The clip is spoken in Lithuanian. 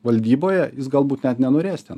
valdyboje jis galbūt net nenorės ten